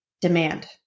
Demand